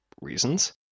reasons